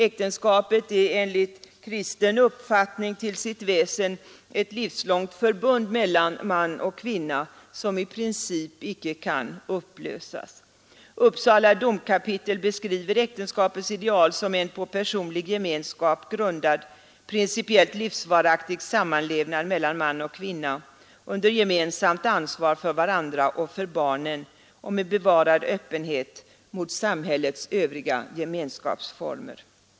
Äktenskapet är enligt kristen uppfattning till sitt väsen ett livslångt förbund mellan man och kvinna som i princip icke kan upplösas. Uppsala domkapitel beskriver äktenskapets ideal som en på personlig gemenskap grundad principiellt livsvaraktig sammanlevnad mellan man och kvinna under gemensamt ansvar för varandra och för barnen och med bevarad öppenhet mot samhällets övriga gemenskapsformer.